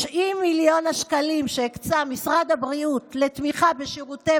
90 מיליון השקלים שהקצה משרד הבריאות לתמיכה בשירותי